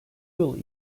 yıl